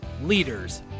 leaders